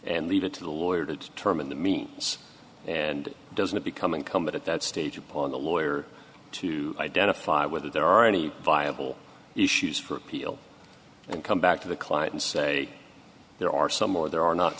and leave it to the lawyer to determine the means and doesn't it become incumbent at that stage upon the lawyer to identify whether there are any viable issues for appeal and come back to the client and say there are some or there are not